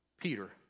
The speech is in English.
Peter